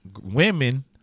women